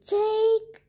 take